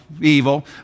evil